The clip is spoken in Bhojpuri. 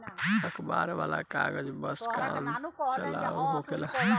अखबार वाला कागज बस काम चलाऊ होखेला